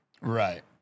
right